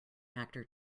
actor